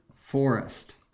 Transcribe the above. Forest